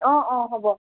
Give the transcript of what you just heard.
অঁ অঁ হ'ব